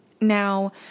Now